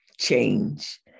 change